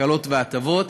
הקלות והטבות,